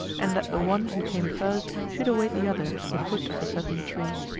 and that the one who came first should await the other at the foot of a certain tree.